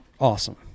awesome